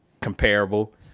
comparable